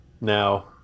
Now